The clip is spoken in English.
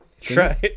Try